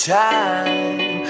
time